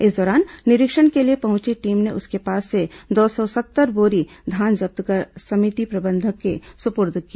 इस दौरान निरीक्षण के लिए पहुंची टीम ने उसके पास से दो सौ सत्तर बोरी धान जब्त कर समिति प्रबंधक के सुपुर्द किया